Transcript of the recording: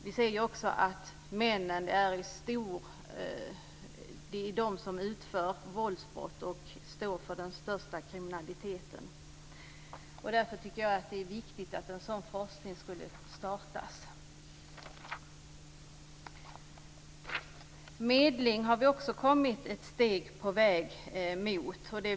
Vi ser också att det i huvudsak är männen som utför våldsbrott och som står för den största delen av kriminaliteten. Därför tycker jag att det är viktigt att en sådan forskning startas. Vi har också kommit ett steg på väg mot medling.